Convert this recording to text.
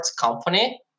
company